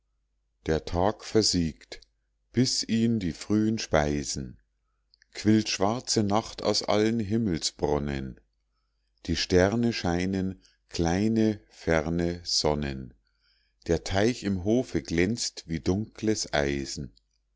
der tag versiegt bis ihn die frühen speisen quillt schwarze nacht aus allen himmelsbronnen die sterne scheinen kleine ferne sonnen der teich im hofe glänzt wie dunkles eisen